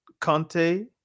Conte